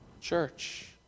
church